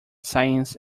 science